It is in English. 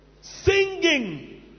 singing